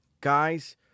Guys